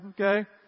okay